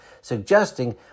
suggesting